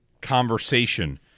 conversation